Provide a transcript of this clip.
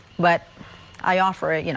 but i offer it. you know